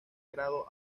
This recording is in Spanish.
grado